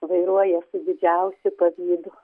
vairuoja su didžiausiu pavydu